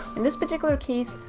in this particular case,